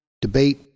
debate